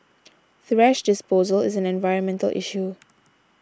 thrash disposal is an environmental issue